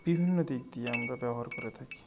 বিভিন্ন দিক দিয়ে আমরা ব্যবহার করে থাকি